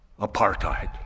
apartheid